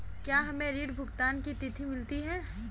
क्या हमें ऋण भुगतान की तिथि मिलती है?